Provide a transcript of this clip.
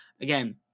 Again